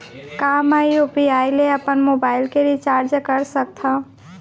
का मैं यू.पी.आई ले अपन मोबाइल के रिचार्ज कर सकथव?